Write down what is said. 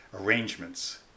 arrangements